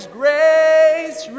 grace